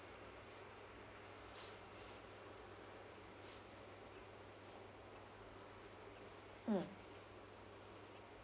mm